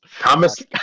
Thomas